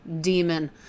demon